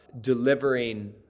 delivering